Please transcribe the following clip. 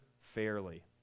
fairly